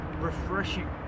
refreshing